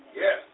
Yes